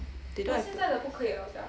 they don't have